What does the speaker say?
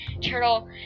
turtle